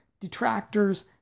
detractors